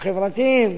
החברתיים,